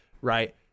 Right